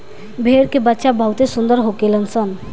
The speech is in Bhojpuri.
भेड़ के बच्चा बहुते सुंदर होखेल सन